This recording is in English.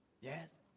Yes